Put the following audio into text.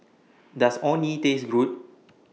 Does Orh Nee Taste Good